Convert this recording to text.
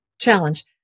challenge